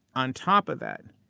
on top of that,